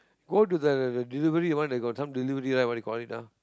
go to the delivery one they got some delivery what they call it ah